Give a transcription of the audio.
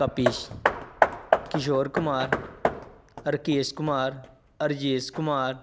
Tapish Kishore Kumar Rakesh Kumar Rajesh Kumar